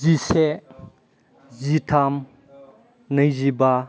जिसे जिथाम नैजिबा